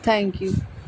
thank you